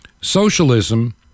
socialism